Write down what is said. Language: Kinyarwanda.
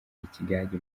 ikigage